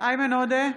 איימן עודה,